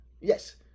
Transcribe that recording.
Yes